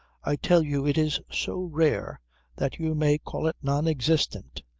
i tell you it is so rare that you may call it non-existent.